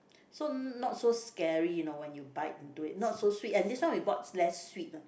so not so scary you know when you bite into it not so sweet and this one we bought less sweet